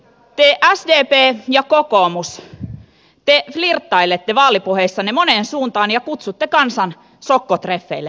te sdp ja kokoomus flirtailette vaalipuheissanne moneen suuntaan ja kutsutte kansan sokkotreffeille vaaliuurnille